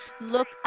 Look